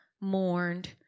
mourned